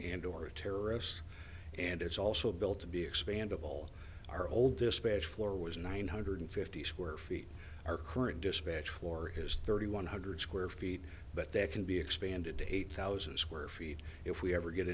and or a terrorist and it's also built to be expandable our old dispatch floor was nine hundred fifty square feet our current dispatch floor is thirty one hundred square feet but that can be expanded to eight thousand square feet if we ever get